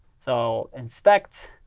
so inspect,